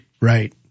Right